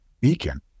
beacon